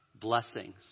blessings